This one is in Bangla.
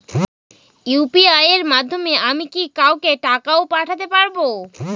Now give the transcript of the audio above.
ইউ.পি.আই এর মাধ্যমে কি আমি কাউকে টাকা ও পাঠাতে পারবো?